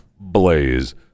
BLAZE